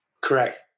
Correct